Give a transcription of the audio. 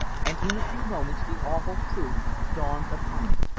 and in a few moments the awful truth dawned upon